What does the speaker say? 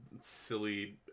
silly